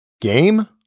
Game